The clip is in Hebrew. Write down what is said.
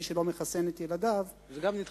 מי שלא מחסן את ילדיו, גם זה נדחה.